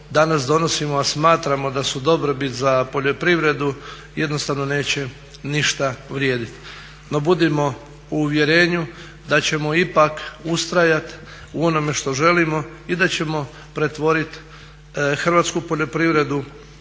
danas donosimo, a smatramo da su dobrobit za poljoprivredu jednostavno neće ništa vrijedit. No budimo u uvjerenju da ćemo ipak ustrajat u onome što želimo i da ćemo pretvorit hrvatsku poljoprivredu